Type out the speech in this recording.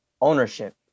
ownership